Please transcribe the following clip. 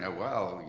ah well,